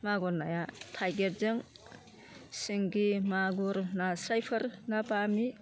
मागुर नाया थाइगिरजों सिंगि मागुर नास्रायफोर ना बामि